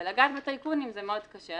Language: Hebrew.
ולגעת בטייקונים זה מאוד קשה,